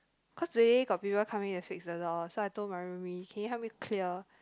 cause today got people coming to fix the door so I told my roomie can you help me clear